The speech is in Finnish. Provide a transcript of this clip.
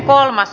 asia